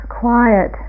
quiet